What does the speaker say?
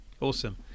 Awesome